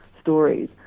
stories